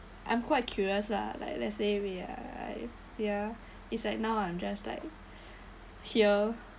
I'm quite curious lah like let's say we are like there it's like now I'm just like here